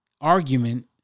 argument